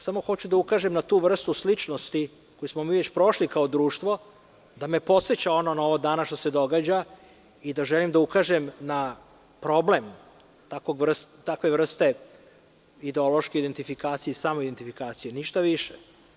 Samo hoću da ukažem na tu vrstu sličnosti koju smo mi već prošli kao društvo, da me podseća ono na ovo danas što se događa i želim da ukažem na problem takve vrste, ideološke identifikacije i samo identifikacije ništa više.